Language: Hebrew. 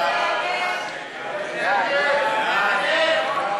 ההסתייגויות לסעיף